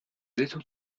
little